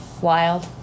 Wild